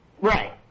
Right